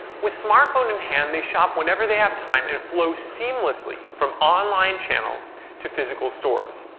with smartphone in hand, they shop whenever they have time and flow seamlessly from online channels to physical stores.